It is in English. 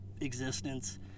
existence